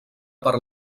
per